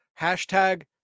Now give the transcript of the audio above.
hashtag